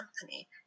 company